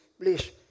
please